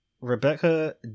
Rebecca